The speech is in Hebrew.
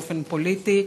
באופן פוליטי.